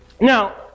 Now